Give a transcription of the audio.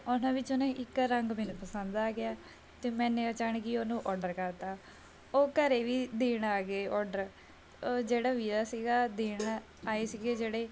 ਉਹਨਾਂ ਵਿੱਚੋਂ ਨਾ ਇੱਕ ਰੰਗ ਮੈਨੂੰ ਪਸੰਦ ਆ ਗਿਆ ਅਤੇ ਮੈਨੇ ਅਚਾਨਕ ਹੀ ਉਹਨੂੰ ਔਡਰ ਕਰਤਾ ਉਹ ਘਰ ਵੀ ਦੇਣ ਆ ਗਏ ਔਡਰ ਉਹ ਜਿਹੜਾ ਵੀਰਾ ਸੀਗਾ ਦੇਣ ਆਏ ਸੀਗੇ ਜਿਹੜੇ